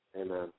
Amen